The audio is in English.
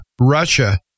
Russia